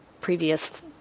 previous